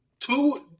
two